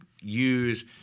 use